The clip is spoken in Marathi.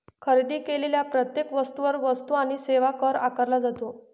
खरेदी केलेल्या प्रत्येक वस्तूवर वस्तू आणि सेवा कर आकारला जातो